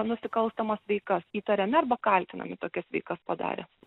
nusikalstamas veikas įtariami arba kaltinami tokias veikas padarę